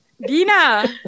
Dina